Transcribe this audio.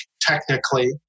technically